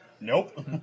Nope